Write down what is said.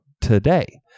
today